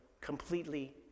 completely